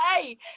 hey